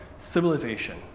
civilization